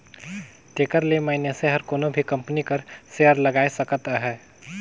तेकर ले मइनसे हर कोनो भी कंपनी कर सेयर लगाए सकत अहे